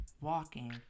walking